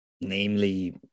namely